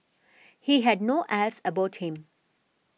he had no airs about him